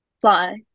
Fly